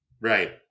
Right